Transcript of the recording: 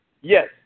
Yes